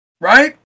Right